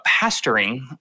pastoring